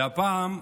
והפעם,